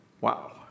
Wow